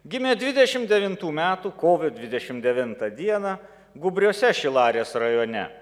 gimė dvidešim devintų metų kovo dvidešim devintą dieną gūbriuose šilalės rajone